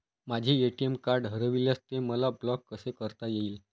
माझे ATM card हरविल्यास ते मला ब्लॉक कसे करता येईल?